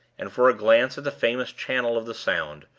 and for a glance at the famous channel of the sound,